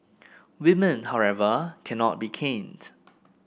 women however cannot be caned